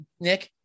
Nick